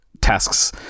tasks